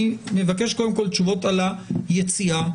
אני מבקש קודם כל תשובות לגבי היציאה.